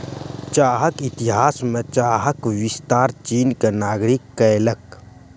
चाहक इतिहास में चाहक विस्तार चीन के नागरिक कयलक